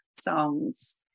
songs